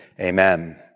Amen